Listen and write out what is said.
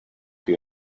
few